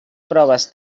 proves